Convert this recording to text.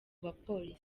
bapolisi